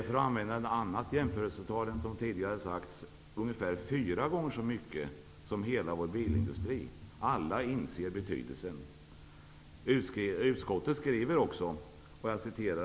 För att använda en annan jämförelse är det ungefär fyra gånger så mycket som hela vår bilindustri ger. Alla inser betydelsen av detta.